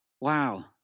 wow